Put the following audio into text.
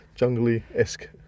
jungly-esque